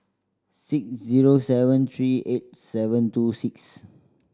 six zero seven three eight seven two six